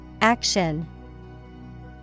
Action